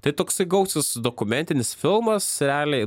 tai toksai gausus dokumentinis filmas realiai